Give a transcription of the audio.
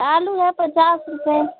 आलू है पचास रुपये